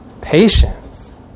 patience